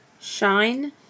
Shine